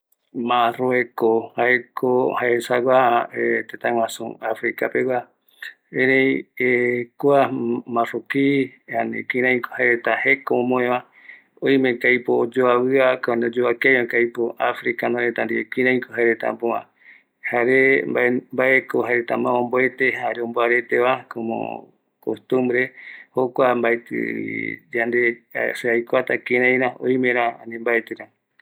Marrueko retako jae kuareta guɨnoi jaeko oime oyeara reta arabe, vere vere jeisupeva jare africano reta erei jaereta täta omboresive kavi opaete kia reta yogueru yae jare jaereta imusikako nagua jare zoko jae jokua colorido jei supa retava jukurai jae reta iyarete